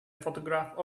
photograph